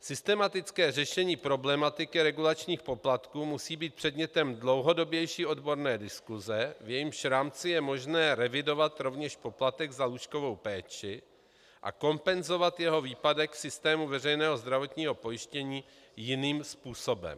Systematické řešení problematiky regulačních poplatků musí být předmětem dlouhodobější odborné diskuse, v jejímž rámci je možné revidovat rovněž poplatek za lůžkovou péči a kompenzovat jeho výpadek v systému veřejného zdravotního pojištění jiným způsobem.